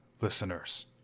listeners